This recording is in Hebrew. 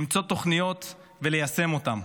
למצוא תוכניות וליישם אותן.